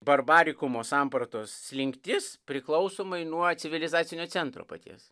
barbarikumo sampratos slinktis priklausomai nuo civilizacinio centro paties